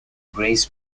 grays